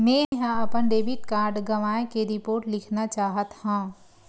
मेंहा अपन debit card गवाए के रिपोर्ट लिखना चाहत हव